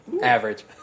Average